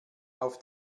auf